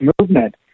movement